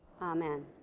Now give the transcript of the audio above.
amen